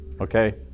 okay